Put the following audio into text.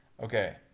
Okay